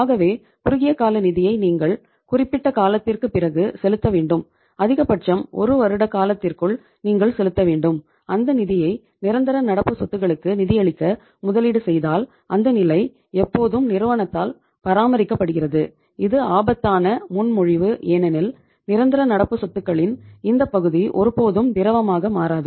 ஆகவே குறுகிய கால நிதியை நீங்கள் குறிப்பிட்ட காலத்திற்குப் பிறகு செலுத்த வேண்டும் அதிகபட்சம் 1 வருட காலத்திற்குள் நீங்கள் செலுத்தவேண்டும் அந்த நிதியை நிரந்தர நடப்பு சொத்துகளுக்கு நிதியளிக்க முதலீடு செய்தால் அந்த நிலை எப்போதும் நிறுவனத்தால் பராமரிக்கப்படுகிறது இது ஆபத்தான முன்மொழிவு ஏனெனில் நிரந்தர நடப்பு சொத்துகளின் இந்த பகுதி ஒருபோதும் திரவமாக மாறாது